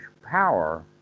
power